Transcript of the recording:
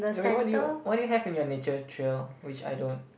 wait wait what do you what do you have in your nature trail which I don't